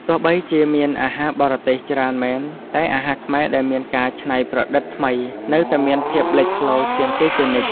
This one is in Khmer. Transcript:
ទោះបីជាមានអាហារបរទេសច្រើនមែនតែអាហារខ្មែរដែលមានការច្នៃប្រឌិតថ្មីនៅតែមានភាពលេចធ្លោជាងគេជានិច្ច។